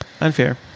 Unfair